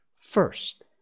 First